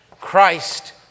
Christ